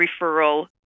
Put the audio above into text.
referral